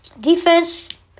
Defense